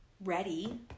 ready